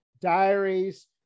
diaries